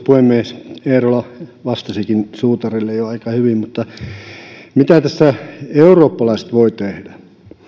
puhemies eerola vastasikin suutarille jo aika hyvin mutta mitä tässä eurooppalaiset voivat tehdä